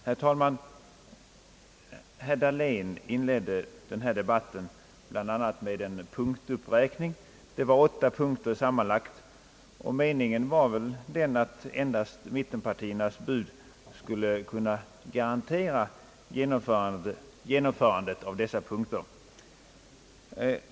Herr talman! Herr Dahlén inledde denna debatt bl.a. med en punktuppräkning. Det var sammanlagt åtta punkter. Meningen var väl den att endast mittenpartiernas bud skulle kunna garantera genomförandet av dessa punkter.